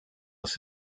was